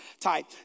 type